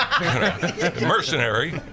Mercenary